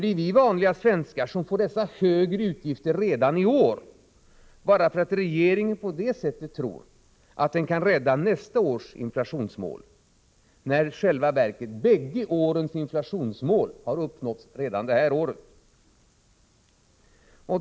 Det är vi vanliga svenskar som får dessa större utgifter redan i år bara därför att regeringen tror att den på det sättet kan rädda nästa års inflationsmål, när i själva verket båda årens inflationsmål har uppnåtts redan det här året.